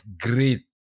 great